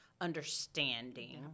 understanding